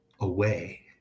away